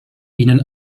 ihnen